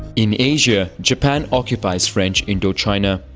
in asia, japan occupies french indochina.